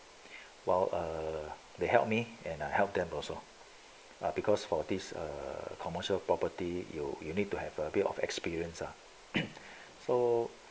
while uh they helped me and I help them also uh because for this err commercial property you you need to have a bit of experience ah so